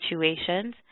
situations